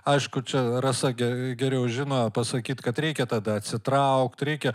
aišku čia rasa ge geriau žino pasakyt kad reikia tada atsitraukt reikia